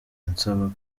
nsaba